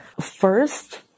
first